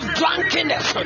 drunkenness